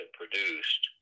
produced